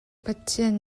pathian